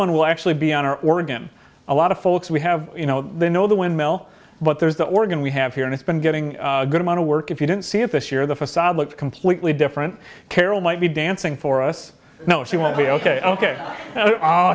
one will actually be on our organ a lot of folks we have you know they know the windmill but there's the organ we have here and it's been getting a good amount of work if you didn't see it this year the facade looks completely different carol might be dancing for us now she will be ok ok